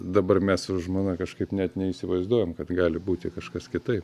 dabar mes su žmona kažkaip net neįsivaizduojam kad gali būti kažkas kitaip